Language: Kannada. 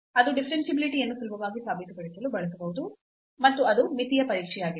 ಅದು ಡಿಫರೆನ್ಷಿಯಾಬಿಲಿಟಿ ಯನ್ನು ಸುಲಭವಾಗಿ ಸಾಬೀತುಪಡಿಸಲು ಬಳಸಬಹುದು ಮತ್ತು ಅದು ಮಿತಿಯ ಪರೀಕ್ಷೆಯಾಗಿದೆ